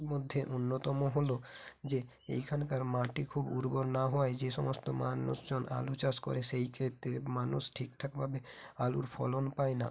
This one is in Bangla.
মধ্যে অন্যতম হল যে এখানকার মাটি খুব উর্বর না হওয়ায় যে সমস্ত মানুষজন আলু চাষ করে সেই ক্ষেত্রে মানুষ ঠিকঠাকভাবে আলুর ফলন পায় না